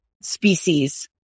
species